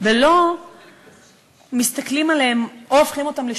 ולא מסתכלים עליהם, או הופכים אותם לשקופים,